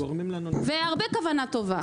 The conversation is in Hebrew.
והרבה כוונה טובה,